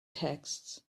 texts